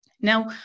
Now